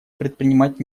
предпринимать